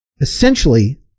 Essentially